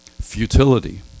Futility